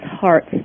hearts